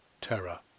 terror